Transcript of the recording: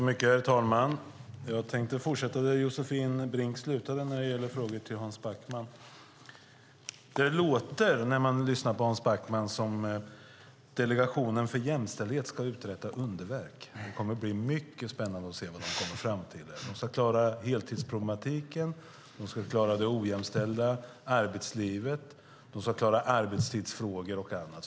Herr talman! Jag tänkte fortsätta där Josefin Brink slutade när det gäller frågor till Hans Backman. När man lyssnar på Hans Backman låter det som att Delegationen för jämställdhet i arbetslivet ska uträtta underverk. Det kommer att bli mycket spännande att se vad den kommer fram till. Den ska klara heltidsproblematiken, det ojämställda arbetslivet, arbetstidsfrågor och annat.